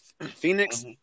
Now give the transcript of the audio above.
Phoenix